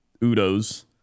Udos